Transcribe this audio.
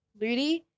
Ludi